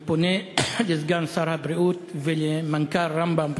אני פונה לסגן שר הבריאות ולמנכ"ל רמב"ם,